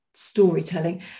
Storytelling